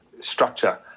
structure